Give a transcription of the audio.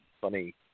funny